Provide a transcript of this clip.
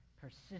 Persist